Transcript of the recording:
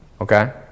okay